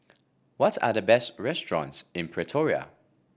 what are the best restaurants in Pretoria